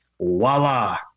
voila